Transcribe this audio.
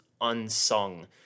unsung